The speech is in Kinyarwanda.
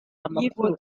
amakuru